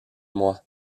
mois